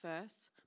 first